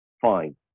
fine